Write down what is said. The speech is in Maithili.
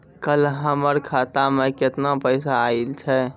कल हमर खाता मैं केतना पैसा आइल छै?